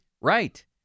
Right